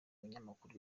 binyamakuru